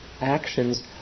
actions